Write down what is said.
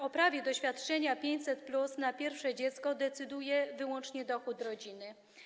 O prawie do świadczenia 500+ na pierwsze dziecko decyduje wyłącznie dochód rodziny.